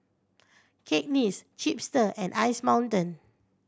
Cakenis Chipster and Ice Mountain